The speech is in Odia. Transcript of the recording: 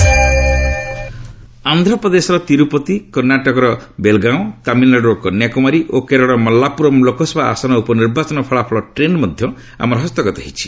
ଏଲ୍ଏସ୍ ବାଇ ଇଲେକସନ୍ ଆନ୍ଧ୍ରପ୍ରଦେଶର ତୀରୁପତି କର୍ଣ୍ଣାଟକ ବେଲଗାଓଁ ତାମିଲନାଡୁର କନ୍ୟାକୁମାରୀ ଓ କେରଳର ମଲ୍ଲାପୁରମ୍ ଲୋକସଭା ଆସନ ଉପନିର୍ବାଚନ ଫଳାଫଳ ଟ୍ରେଣ୍ଡ ମଧ୍ୟ ଆମର ହସ୍ତଗତ ହେଇଛି